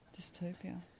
dystopia